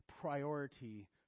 priority